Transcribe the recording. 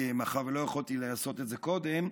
מאחר שלא יכולתי לעשות את זה קודם,